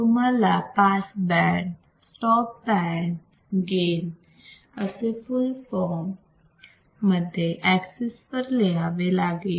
तुम्हाला pass band stop band gain असे full form मध्ये एक्सिस वर लिहावे लागेल